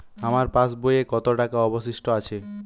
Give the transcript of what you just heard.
আমার পাশ বইয়ে কতো টাকা অবশিষ্ট আছে?